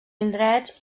indrets